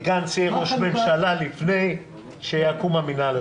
גנץ יהיה ראש ממשלה לפני שיקום המנהל הזה.